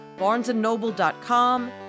barnesandnoble.com